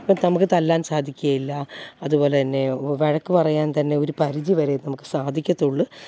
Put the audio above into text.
അപ്പം നമുക്ക് തല്ലാൻ സാധിക്കയില്ല അതുപോലെ തന്നെ വഴക്ക് വഴക്ക് പറയാൻ തന്നെ ഒരു പരിധിവരെ നമുക്ക് സാധിക്കത്തുള്ളു